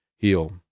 heal